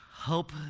help